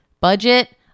Budget